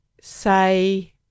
say